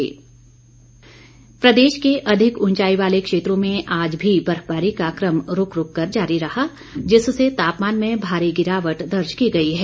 मौसम प्रदेश के अधिक ऊंचाई वाले क्षेत्रों में आज भी बर्फबारी का कम रूक रूक जारी रहा जिससे तापमान में भारी गिरावट दर्ज की गई है